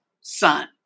son